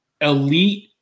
elite